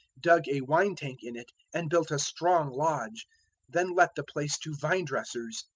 dug a wine-tank in it, and built a strong lodge then let the place to vine-dressers,